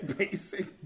basic